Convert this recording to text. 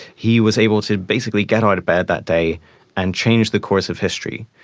he was able to basically get out of bed that day and change the course of history.